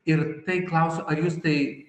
ir tai klausiu ar jus tai